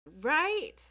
Right